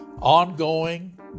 ongoing